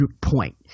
point